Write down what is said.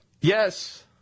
Yes